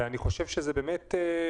אני חושב שזה נושא